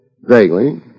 Vaguely